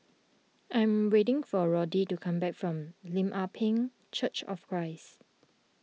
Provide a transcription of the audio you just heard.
I am waiting for Roddy to come back from Lim Ah Pin Church of Christ